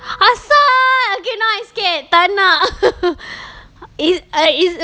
asal okay now I scared tak nak is uh is wait